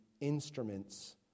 instruments